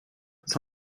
jetzt